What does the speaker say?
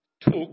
took